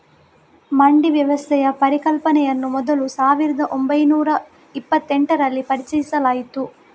ಮಂಡಿ ವ್ಯವಸ್ಥೆಯ ಪರಿಕಲ್ಪನೆಯನ್ನು ಮೊದಲು ಸಾವಿರದ ಓಂಬೈನೂರ ಇಪ್ಪತ್ತೆಂಟರಲ್ಲಿ ಪರಿಚಯಿಸಲಾಯಿತು